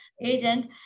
agent